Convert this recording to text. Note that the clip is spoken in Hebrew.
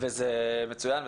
וזה מצוין.